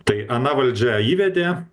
tai ana valdžia įvedė